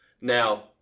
Now